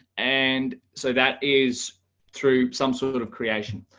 and so that is through some sort of creation.